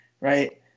right